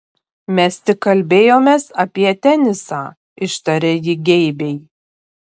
mes tik kalbėjomės apie tenisą ištarė ji geibiai